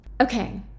Okay